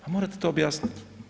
Pa morate to objasniti.